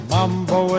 Mambo